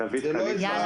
אני אזרח.